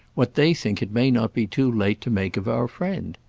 what they think it may not be too late to make of our friend.